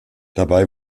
dabei